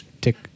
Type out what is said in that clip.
tick